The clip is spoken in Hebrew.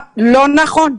לא נכון.